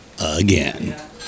again